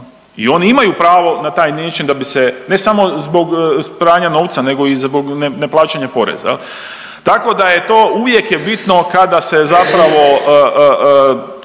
I oni imaju pravo na taj način da bi se ne samo zbog pranja novca, nego i za neplaćanje poreza, tako da je to uvijek je bitno kada se zapravo